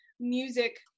music